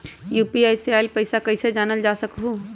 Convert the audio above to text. UPI से आईल पैसा कईसे जानल जा सकहु?